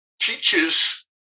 teaches